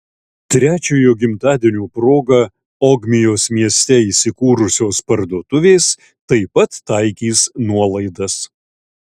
trečiojo gimtadienio proga ogmios mieste įsikūrusios parduotuvės taip pat taikys nuolaidas